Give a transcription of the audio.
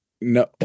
No